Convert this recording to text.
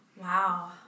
Wow